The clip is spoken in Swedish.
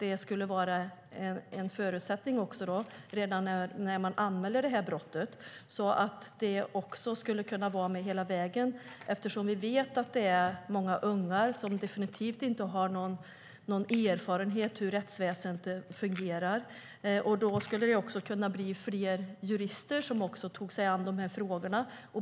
Det skulle vara en förutsättning redan när man anmäler brottet att det ska vara med hela vägen eftersom vi vet att det är många unga som definitivt inte har någon erfarenhet av hur rättsväsendet fungerar. Då skulle det kunna bli fler jurister som tog sig an de här frågorna.